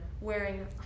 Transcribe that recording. wearing